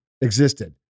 existed